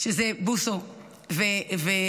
שזה בוסו ויוני,